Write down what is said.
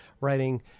writing